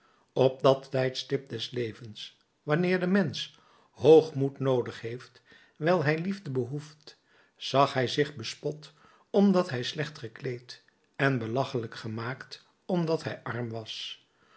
op dat tijdstip des levens wanneer de mensch hoogmoed noodig heeft wijl hij liefde behoeft zag hij zich bespot omdat hij slecht gekleed en belachelijk gemaakt omdat hij arm was